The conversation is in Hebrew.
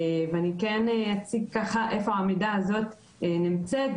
ואני כן אציג איפה העמידה הזו נמצאת,